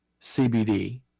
CBD